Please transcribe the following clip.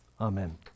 Amen